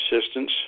assistance